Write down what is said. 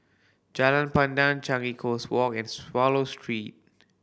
Jalan Pandan Changi Coast Walk and Swallow Street